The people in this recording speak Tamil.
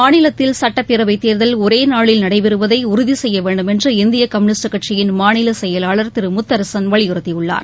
மாநிலத்தில் சட்டப்பேரவை தேர்தல் ஒரே நாளில் நடைபெறுவதை உறுதி செய்ய வேண்டும் என்று இந்திய கம்யூனிஸ்ட் கட்சியின் மாநில செயலாளர் திரு முத்தரசன் வலியுறுத்தியுள்ளார்